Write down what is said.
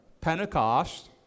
Pentecost